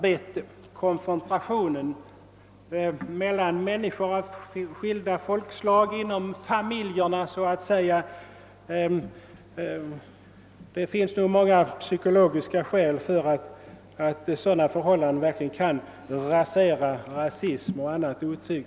Många psykologiska skäl talar för att konfrontationer mellan människor av skilda folkslag inom famil jerna så att säga verkligen kan bidraga till att stävja rasism och annat otyg.